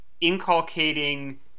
inculcating